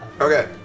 Okay